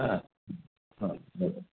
हां हां हो